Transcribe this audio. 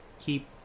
keep